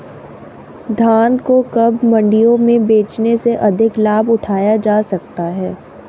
धान को कब मंडियों में बेचने से अधिक लाभ उठाया जा सकता है?